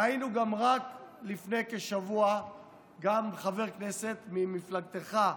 ראינו רק לפני כשבוע גם חבר כנסת ממפלגתך,